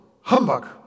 humbug